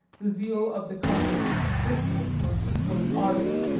the zeal of the coptic christians was equally ardent.